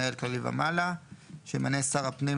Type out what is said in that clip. כלומר הרגולטור הספציפי שעניינו נדון באותו דיון,